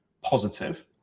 positive